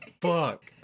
Fuck